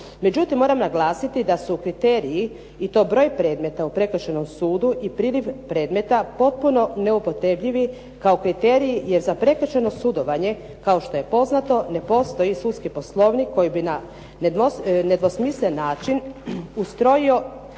Međutim, moram naglasiti da su kriteriji i to broj predmeta u prekršajnom sudu i priliv predmeta potpuno neupotrebljivi kao kriteriji, jer za prekršajno sudovanje kao što je poznato ne postoji sudski poslovnik koji bi na nedvosmislen način ustrojio